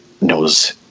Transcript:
knows